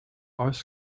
ice